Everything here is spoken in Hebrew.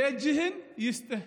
יג'הן יסטך.